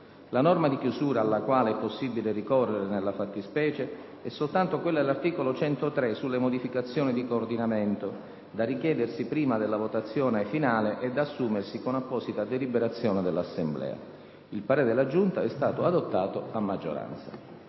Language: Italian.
La norma di chiusura alla quale è possibile ricorrere nella fattispecie è soltanto quella dell'articolo 103 sulle modificazioni di coordinamento, da richiedersi prima della votazione finale e da assumersi con apposita deliberazione dell'Assemblea. Il parere della Giunta è stato adottato a maggioranza.